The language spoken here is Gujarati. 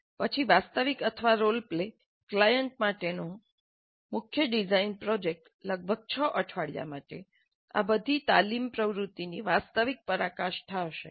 પછી વાસ્તવિક અથવા રોલ પ્લે ક્લાયંટ માટેનો મુખ્ય ડિઝાઇન પ્રોજેક્ટ લગભગ 6 અઠવાડિયા માટે આ બધી તાલીમ પ્રવૃત્તિની વાસ્તવિક પરાકાષ્ઠા હશે